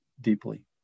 deeply